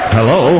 Hello